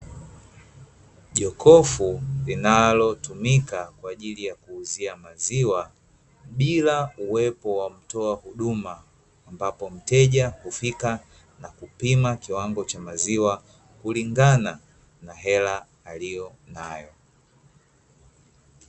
Jokofu linalotumika kwa ajili ya kuuzia maziwa, bila uwepo wa mtoa huduma, ambapo mteja hufika na kupima kiwango cha maziwa, kulingana na hela aliyo nayo.